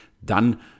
dann